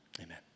amen